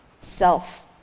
self